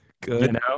good